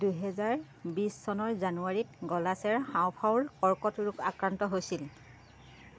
দুহেজাৰ বিছ চনৰ জানুৱাৰীত গলাচেৰ হাঁওফাঁওৰ কৰ্কট ৰোগ আক্ৰান্ত হৈছিল